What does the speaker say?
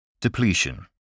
Depletion